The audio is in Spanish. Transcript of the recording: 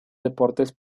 deportes